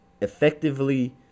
effectively